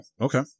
okay